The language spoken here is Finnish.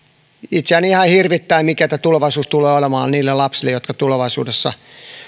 itseäni ihan hirvittää mikä tämä tulevaisuus tulee olemaan niille lapsille jotka tulevaisuudessa